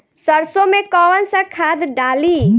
सरसो में कवन सा खाद डाली?